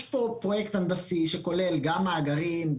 יש פה פרויקט הנדסי שכולל גם מאגרים,